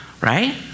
right